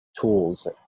tools